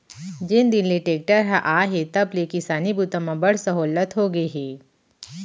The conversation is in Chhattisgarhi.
जेन दिन ले टेक्टर हर आए हे तब ले किसानी बूता म बड़ सहोल्लत होगे हे